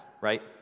right